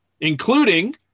including